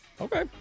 Okay